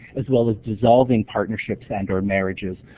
as well as dissolving partnerships and or marriages,